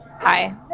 Hi